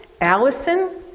Allison